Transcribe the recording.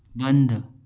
बंद